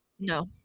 No